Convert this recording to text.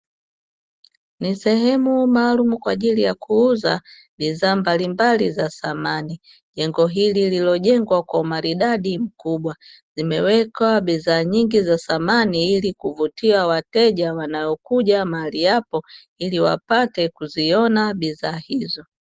Ni sehemu maalumu kwa ajili ya kuuza bidhaa mbalimbali za samani. Jengo hili liliojengewa kwa umaridadi mkubwa. Zimewekwa bidhaa nyingi za samani ili kuvutia wateja wanaokuja mahali hapo ili wapate kuziona bidhaa hizo.